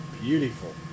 beautiful